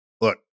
Look